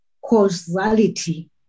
causality